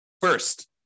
First